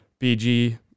BG